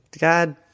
God